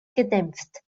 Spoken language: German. gedämpft